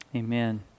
Amen